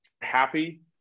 happy